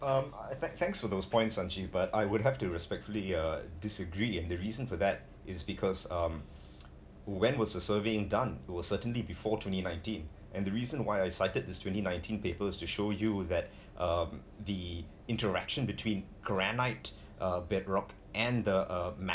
um tha~ thanks for those points sonji but I would have to respectfully uh disagree and the reason for that is because um when was the surveying done well certainly before twenty nineteen and the reason why I cited this twenty nineteen paper is to show you that um the interaction between granite uh bedrock and the um